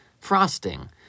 frosting